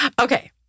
Okay